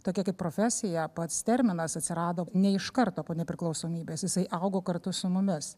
tokia kaip profesija pats terminas atsirado ne iš karto po nepriklausomybės jisai augo kartu su mumis